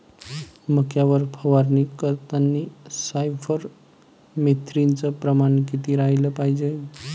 मक्यावर फवारनी करतांनी सायफर मेथ्रीनचं प्रमान किती रायलं पायजे?